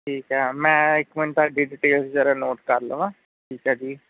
ਠੀਕ ਆ ਮੈਂ ਇੱਕ ਮਿੰਟ ਤੁਹਾਡੀ ਡਿਟੇਲ ਜਰਾ ਨੋਟ ਕਰ ਲਵਾਂ ਠੀਕ ਹੈ ਜੀ